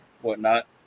whatnot